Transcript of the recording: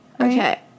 Okay